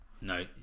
No